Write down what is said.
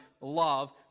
love